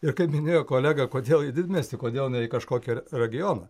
ir kaip minėjo kolega kodėl į didmiestį kodėl ne į kažkokį regioną